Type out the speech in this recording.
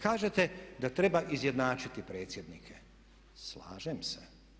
Kažete da treba izjednačiti predsjednike, slažem se.